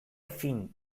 fin